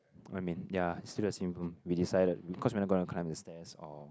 I mean ya still the same room we decided cause we are not gonna climb the stairs or